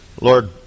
Lord